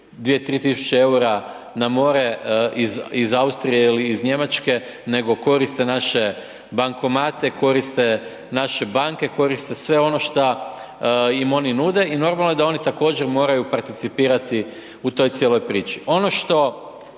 2-3.000,00 EUR-a na more iz Austrije ili iz Njemačke, nego koriste naše bankomate, koriste naše banke, koriste sve ono šta im oni nude i normalno je da oni također moraju participirati u toj cijeloj priči.